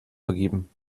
vergeben